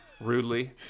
Rudely